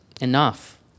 Enough